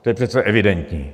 To je přece evidentní.